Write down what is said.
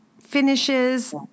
finishes